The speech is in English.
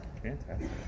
Fantastic